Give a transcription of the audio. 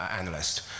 analyst